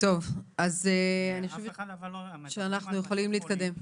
אני חושבת שאנחנו יכולים להתקדם.